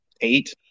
eight